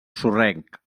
sorrenc